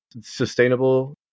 sustainable